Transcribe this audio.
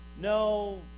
no